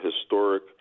historic